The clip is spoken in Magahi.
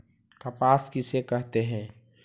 कपास किसे कहते हैं?